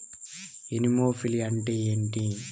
Anemophily అంటే ఏంటి?